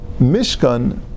Mishkan